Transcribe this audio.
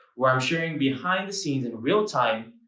where i'm sharing behind the scenes, in real-time,